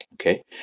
Okay